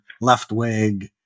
left-wing